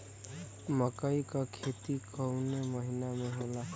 मकई क खेती कवने महीना में होला?